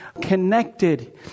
connected